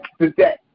today